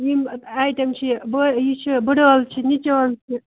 یِم آیٹَم چھِ یہِ بہ یہِ چھِ بٕڑ عٲل چھِ نِچ عٲل چھِ